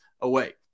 away